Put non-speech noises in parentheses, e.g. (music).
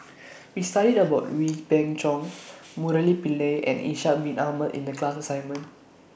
(noise) We studied about Wee Beng Chong Murali Pillai and Ishak Bin Ahmad in The class assignment